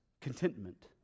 contentment